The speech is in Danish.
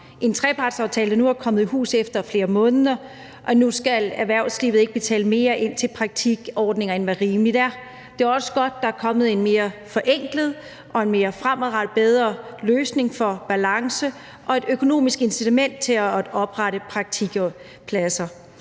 en trepartsaftale, der nu er kommet i hus efter flere måneder, og nu skal erhvervslivet ikke betale mere ind til praktikordninger, end hvad rimeligt er. Det er også godt, at der er kommet en mere forenklet og en mere fremadrettet og bedre løsning i forhold til at skabe balance og et økonomisk incitament til at oprette praktikpladser.